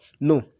No